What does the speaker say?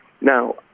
Now